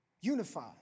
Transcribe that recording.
unified